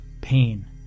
Pain